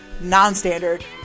non-standard